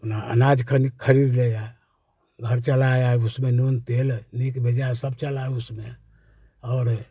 अपना अनाज खन ख़रीद लेंगे घर चलाया उसमें नून तेल नीक बेजाय सब चला उसमें और